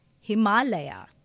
Himalaya